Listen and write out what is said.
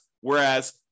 Whereas